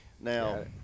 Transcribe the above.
Now